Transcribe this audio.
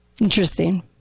Interesting